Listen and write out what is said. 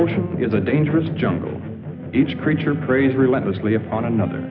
ocean is a dangerous jungle each creature preys relentlessly upon another